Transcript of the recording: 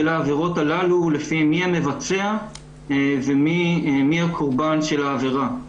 העבירות הללו לפי מי המבצע ומי קורבן העבירה.